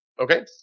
Okay